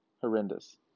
horrendous